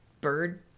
bird